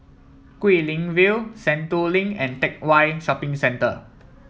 Guilin View Sentul Link and Teck Whye Shopping Centre